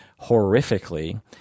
horrifically